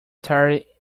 tired